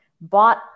bought